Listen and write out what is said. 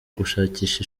gushakisha